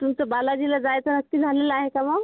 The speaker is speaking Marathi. तुमचं बालाजीला जायचं नक्की झालेलं आहे का मग